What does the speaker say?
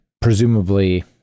presumably